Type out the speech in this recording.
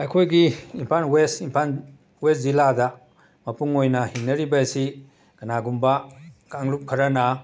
ꯑꯩꯈꯣꯏꯒꯤ Imphal west Imphal west ꯖꯤꯂꯥꯗ ꯃꯄꯨꯡ ꯑꯣꯏꯅ ꯍꯤꯡꯅꯔꯤꯕꯁꯤ ꯀꯅꯥꯒꯨꯝꯕ ꯀꯥꯡꯂꯨꯞ ꯈꯔꯅ